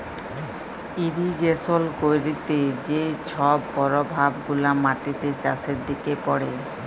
irrigation ক্যইরতে যে ছব পরভাব গুলা মাটিতে, চাষের দিকে পড়ে